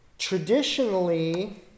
traditionally